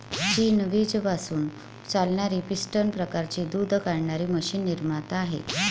चीन वीज पासून चालणारी पिस्टन प्रकारची दूध काढणारी मशीन निर्माता आहे